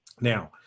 Now